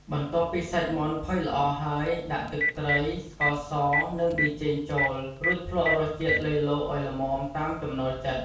បន្ទាប់ពីសាច់មាន់ផុយល្អហើយ ដាក់ទឹកត្រី ស្ករស និងប៊ីចេងចូល រួចភ្លក្សរសជាតិលៃលកឱ្យល្មមតាមចំណូលចិត្ត។